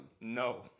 No